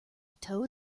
toad